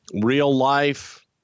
real-life